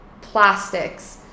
plastics